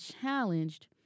challenged